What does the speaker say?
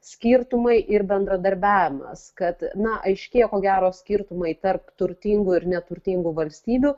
skirtumai ir bendradarbiavimas kad na aiškėja ko gero skirtumai tarp turtingų ir neturtingų valstybių